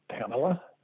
Pamela